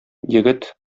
егет